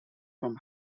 from